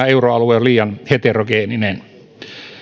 euroalue on liian heterogeeninen